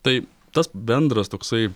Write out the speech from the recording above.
tai tas bendras toksai